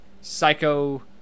psycho